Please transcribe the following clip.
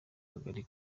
kagari